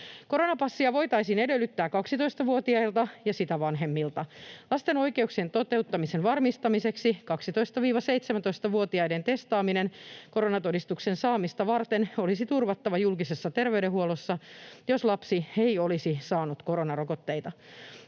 Koronapassia voitaisiin edellyttää 12-vuotiailta ja sitä vanhemmilta. Lasten oikeuksien toteuttamisen varmistamiseksi 12—17-vuotiaiden testaaminen koronatodistuksen saamista varten olisi turvattava julkisessa terveydenhuollossa, jos lapsi ei olisi saanut koronarokotteita.